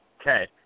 Okay